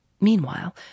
Meanwhile